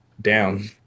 down